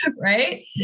Right